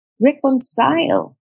reconcile